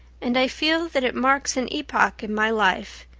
and i feel that it marks an epoch in my life.